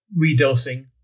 redosing